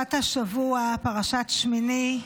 בפרשת השבוע, פרשת שמיני,